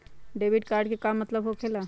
Debit card के का मतलब होकेला?